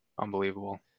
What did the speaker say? unbelievable